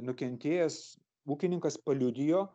nukentėjęs ūkininkas paliudijo